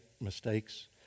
mistakes